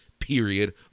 period